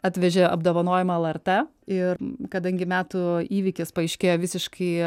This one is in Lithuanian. atvežė apdovanojimą lrt ir kadangi metų įvykis paaiškėjo visiškai